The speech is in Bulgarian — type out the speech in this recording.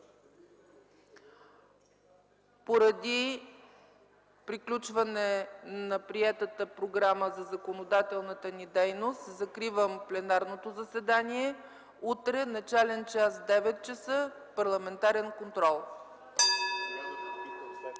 Поради приключване на приетата програма за законодателната ни дейност закривам пленарното заседание. Утре с начален час 9,00 ч. продължаваме с парламентарен контрол.